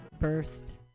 First